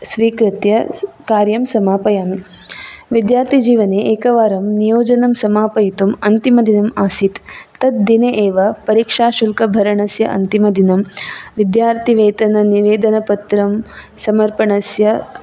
स्वीकृत्य कार्यं समापयामि विद्यार्थिजीवने एकवारं नियोजनं समापयितुम् अन्तिमदिनम् आसीत् तद्दिने एव परिक्षाशुल्कभरणस्य अन्तिमदिनं विद्यार्तिवेतननिवेदनपत्रं समर्पणस्य